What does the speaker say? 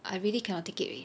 I really cannot take it already